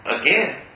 again